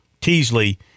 Teasley